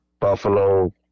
Buffalo